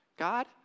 God